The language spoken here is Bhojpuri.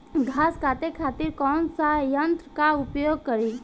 घास काटे खातिर कौन सा यंत्र का उपयोग करें?